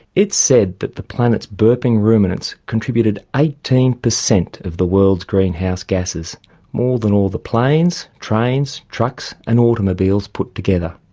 it said that the planet's burping ruminants contributed eighteen percent of the world's greenhouse gasses more than all the planes, trains, trucks and automobiles put together.